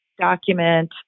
document